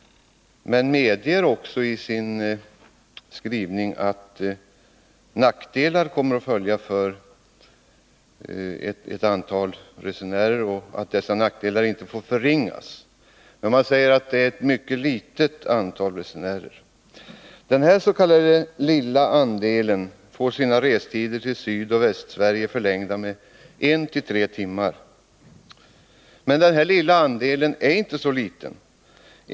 Men man medger också att nackdelar kommer att följa för ett antal resenärer och att dessa nackdelar inte får förringas. Man säger emellertid också att det är en mycket liten andel av resenärerna som det gäller. Denna. k. lilla andel får sina restider till Sydoch Västsverige förlängda med 1-3 timmar. Men denna lilla andel är inte så liten.